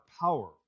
power